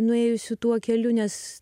nuėjusi tuo keliu nes